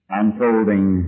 unfolding